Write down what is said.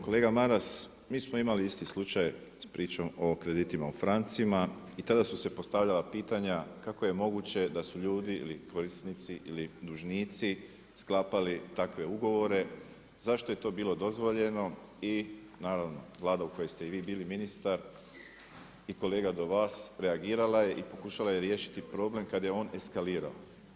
Kolega Maras, mi smo imali isti slučaj s pričom o kreditima o francima i tada su se postavljala pitanja, kako je moguće da su ljudi ili korisnici ili dužnici sklapali takve ugovore, zašto je to bilo dozvoljeno i naravno, Vlada u kojoj ste i vi bili ministar i kolega do vas reagirala je i pokušala je riješiti problem kada je on eskalirao.